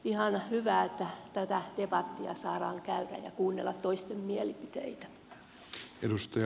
ihan hyvä että tätä debattia saadaan käydä ja kuunnella toisten mielipiteitä